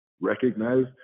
recognize